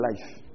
life